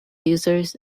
users